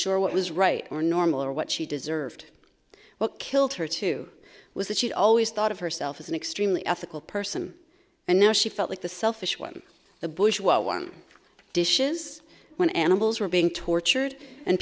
sure what was right or normal or what she deserved what killed her two was that she'd always thought of herself as an extremely ethical person and now she felt like the selfish one the bush one dishes when animals were being tortured and